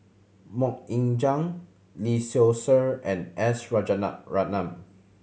Mok Ying Jang Lee Seow Ser and S